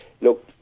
look